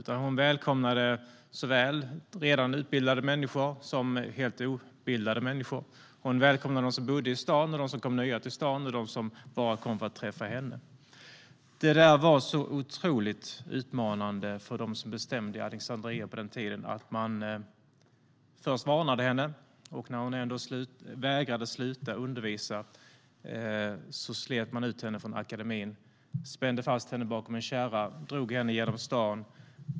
Hon välkomnade såväl redan utbildade människor som helt obildade människor. Hon välkomnade dem som bodde i staden, dem som kom nya till staden och dem som bara kom för att träffa henne. Detta var så otroligt utmanande för dem som bestämde i Alexandria på den tiden att man först varnade henne. När hon då vägrade att sluta undervisa slet man ut henne från akademin, spände fast henne bakom en kärra och drog henne genom staden.